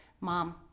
Mom